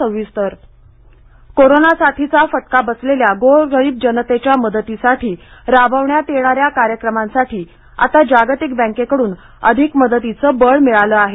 जागतिक bank corona साथीचा फटका बसलेल्या गोरगरिब जनतेच्या मदतीसाठी राबवण्यात येणाऱ्या कार्यक्रमांसाठी आता जागतिक बँकेकडून अधिक मदतीचं बळ मिळालं आहे